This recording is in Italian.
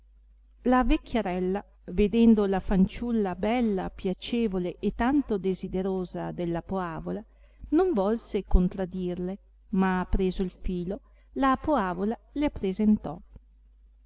la vecchiarella vedendo la fanciulla bella piacevole e tanto desiderosa della poavola non volse contradirle ma preso il filo la poavola le appresentò